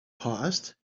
paused